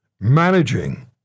managing